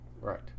Right